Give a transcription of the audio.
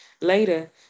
Later